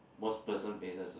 most person faces ah